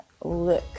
look